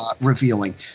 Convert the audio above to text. revealing